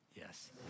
Yes